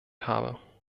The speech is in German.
habe